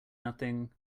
nothing